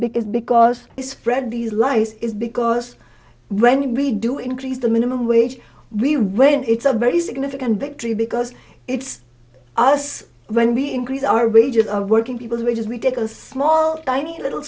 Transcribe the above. because because it's spread these lies is because when we do increase the minimum wage we when it's a very significant victory because it's us when we increase our wages of working people's wages we take a small tiny little